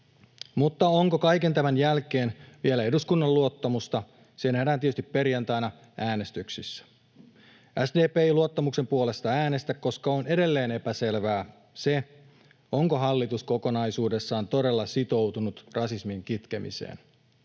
mutta se, onko kaiken tämän jälkeen vielä eduskunnan luottamusta, nähdään tietysti perjantaina äänestyksissä. SDP ei luottamuksen puolesta äänestä, koska on edelleen epäselvää, onko hallitus kokonaisuudessaan todella sitoutunut rasismin kitkemiseen